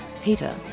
peter